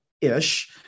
ish